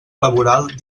laboral